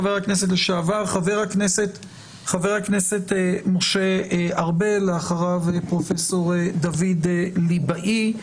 חבר הכנסת משה ארבל, ואחריו פרופ' דוד ליבאי.